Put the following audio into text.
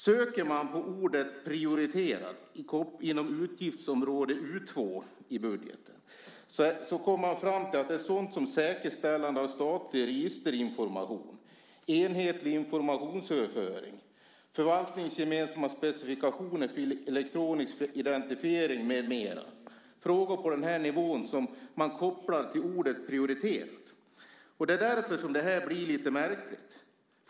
Söker man på ordet prioriterat inom utgiftsområde 2 i budgeten kommer man fram till att det är sådant som säkerställande av statlig registerinformation, enhetlig informationsöverföring och förvaltningsgemensamma specifikationer för elektronisk identifiering med mera. Det är frågor på den nivån som kopplas till ordet prioriterat. Det är därför det här blir lite märkligt.